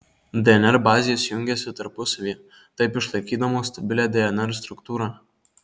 dnr bazės jungiasi tarpusavyje taip išlaikydamos stabilią dnr struktūrą